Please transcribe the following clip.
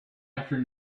after